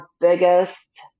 biggest